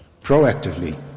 proactively